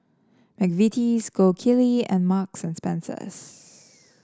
McVitie's Gold Kili and Marks and Spencer